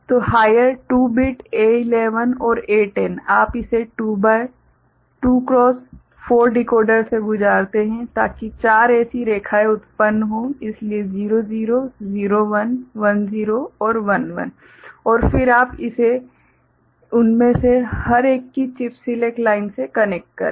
तो higher 2 bit A11 और A10 आप इसे 242 क्रॉस 4 डिकोडर से गुजारते हैं ताकि 4 ऐसी रेखाएं उत्पन्न हो सकें इसलिए 00 01 10 और 11 और फिर आप इसे उनमें से हर एक की चिप सिलेक्ट लाइन से कनेक्ट करें